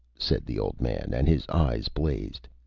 said the old man, and his eyes blazed.